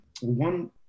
one